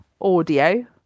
audio